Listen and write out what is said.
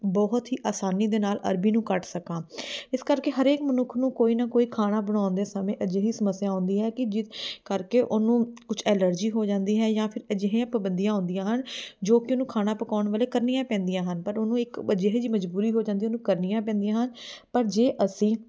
ਬਹੁਤ ਹੀ ਆਸਾਨੀ ਦੇ ਨਾਲ ਅਰਬੀ ਨੂੰ ਕੱਟ ਸਕਾਂ ਇਸ ਕਰਕੇ ਹਰੇਕ ਮਨੁੱਖ ਨੂੰ ਕੋਈ ਨਾ ਕੋਈ ਖਾਣਾ ਬਣਾਉਣ ਦੇ ਸਮੇਂ ਅਜਿਹੀ ਸਮੱਸਿਆ ਆਉਂਦੀ ਹੈ ਕਿ ਜੀ ਕਰਕੇ ਉਹਨੂੰ ਕੁਛ ਐਲਰਜੀ ਹੋ ਜਾਂਦੀ ਹੈ ਜਾਂ ਫਿਰ ਅਜਿਹੀਆਂ ਪਾਬੰਦੀਆਂ ਆਉਂਦੀਆਂ ਹਨ ਜੋ ਕਿ ਉਹਨੂੰ ਖਾਣਾ ਪਕਾਉਣ ਵੇਲੇ ਕਰਨੀਆਂ ਪੈਂਦੀਆਂ ਹਨ ਪਰ ਉਹਨੂੰ ਇੱਕ ਅਜਿਹੇ ਜਿਹੀ ਮਜ਼ਬੂਰੀ ਹੋ ਜਾਂਦੀ ਆ ਉਹਨੂੰ ਕਰਨੀਆਂ ਪੈਂਦੀਆਂ ਹਨ ਪਰ ਜੇ ਅਸੀਂ